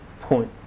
point